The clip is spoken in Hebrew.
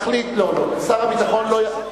ששר הביטחון יענה.